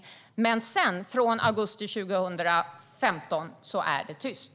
Från och med augusti 2015 har det dock varit tyst.